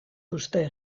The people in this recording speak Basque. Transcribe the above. uste